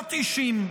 חדלות אישים?